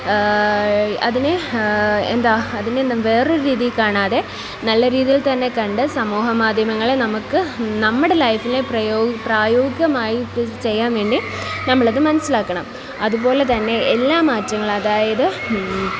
അതിനെ എന്താണ് അതിനെ നാം വേറൊരു രീതിയിൽ കാണാതെ നല്ല രീതിയിൽ തന്നെ കണ്ടു സമൂഹമാധ്യമങ്ങളെ നമുക്ക് നമ്മുടെ ലൈഫിലെ പ്രായോഗികമായിട്ട് ഇത് ചെയ്യാൻ വേണ്ടി നമ്മൾ അത് മനസ്സിലാക്കണം അതുപോലെ തന്നെ എല്ലാ മാറ്റങ്ങളും അതായത്